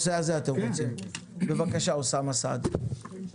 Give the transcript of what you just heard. אוסאמה סעדי, בבקשה.